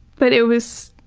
but it was